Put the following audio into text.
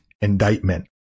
indictment